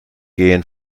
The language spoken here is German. gehen